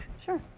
Sure